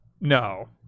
No